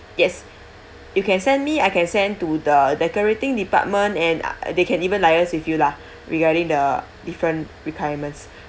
yes you can send me I can send to the decorating department and ah they can even liaise with you lah regarding the different requirements